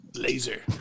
Laser